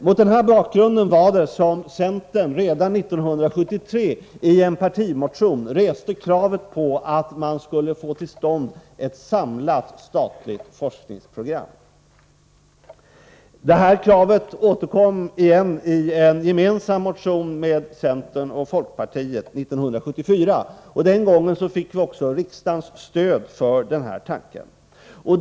Det var mot den bakgrunden som centern redan år 1973 i en partimotion reste kravet på ett samlat statligt forskningsprogram. : Detta krav återkom 1974 i en gemensam motion av centern och folkpartiet. Den gången fick vi riksdagens stöd för den här tanken.